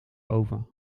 oven